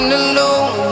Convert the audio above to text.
alone